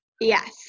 Yes